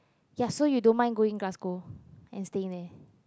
ya so you don't mind going Glasgow and staying there